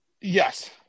Yes